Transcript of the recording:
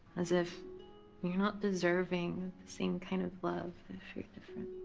as if you're not deserving the same kind of love if you're different.